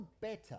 better